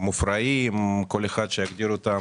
מופרעים כל אחד יגדיר אותם